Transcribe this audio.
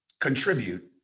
contribute